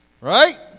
Right